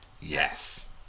Yes